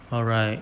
alright